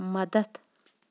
مَدتھ